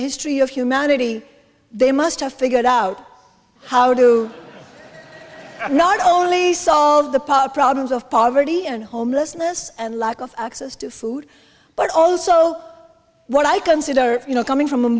history of humanity they must have figured out how to not only solve the power problems of poverty and homelessness and lack of access to food but also what i consider you know coming from